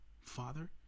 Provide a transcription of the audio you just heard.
father